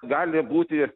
gali būti